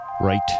Right